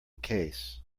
case